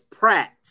Pratt